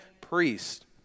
priest